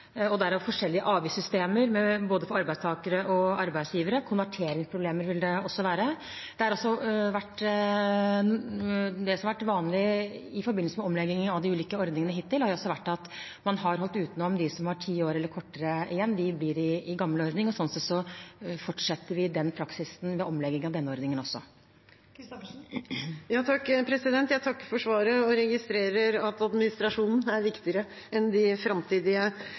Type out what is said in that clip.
og derav forskjellige avvikssystemer, både for arbeidstakere og arbeidsgivere. Det vil også være konverteringsproblemer. Det som har vært vanlig hittil i forbindelse med omlegging av de ulike ordningene, har vært at man har holdt utenom dem som har ti år eller kortere igjen; de blir i gammel ordning. Sånn sett fortsetter vi den praksisen også ved omlegging av denne ordningen. Jeg takker for svaret og registrerer at administrasjonen er viktigere enn de framtidige